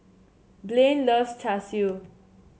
Blain loves Char Siu